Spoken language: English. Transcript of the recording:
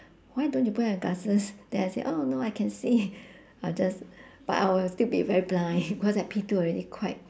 why don't you put on your glasses then I say oh no I can see I'll just but I will still be very blind because at P two already quite